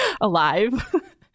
alive